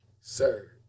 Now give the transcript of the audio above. sir